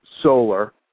solar